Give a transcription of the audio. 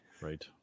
Right